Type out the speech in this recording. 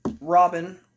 Robin